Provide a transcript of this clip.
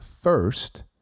first